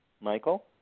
Michael